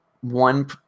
one